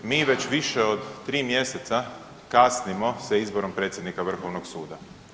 Mi već više od 3 mjeseca kasnimo sa izborom predsjednika Vrhovnog suda.